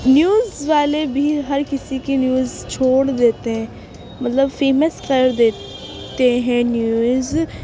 news والے بھی ہر کسی کی نیوز چھوڑ دیتے ہیں مطلب فیمس کر دیتے ہیں نیوز